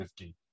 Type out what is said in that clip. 50